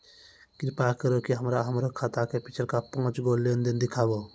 कृपा करि के हमरा हमरो खाता के पिछलका पांच गो लेन देन देखाबो